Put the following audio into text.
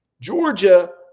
Georgia